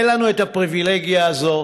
אין לנו הפריבילגיה הזאת,